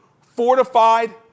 fortified